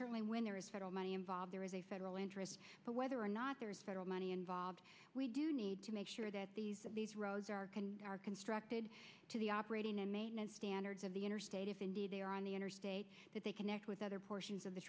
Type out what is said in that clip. certainly when there is federal money involved there is a federal interest but whether or not there is federal money involved we do need to make sure that these roads are constructed to the operating and maintenance standards of the interstate if indeed they are on the interstate that they connect with other portions of the